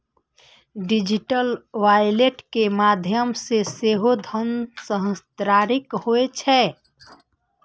digital wallet के माध्यम सं सेहो धन हस्तांतरित होइ छै